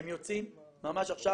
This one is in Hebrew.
הם יוצאים ממש עכשיו.